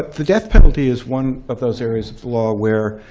the death penalty is one of those areas of law where,